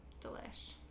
delish